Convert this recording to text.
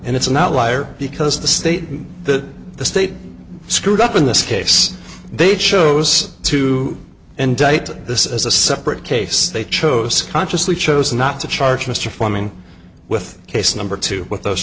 and it's an outlier because the statement that the state screwed up in this case they chose to indict this as a separate case they chose consciously chose not to charge mr fleming with case number two with those